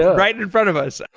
right in front of us.